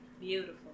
Beautiful